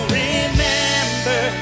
remember